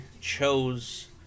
chose